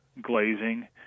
glazing